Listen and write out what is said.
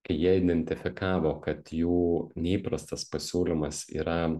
kai jie identifikavo kad jų neįprastas pasiūlymas yra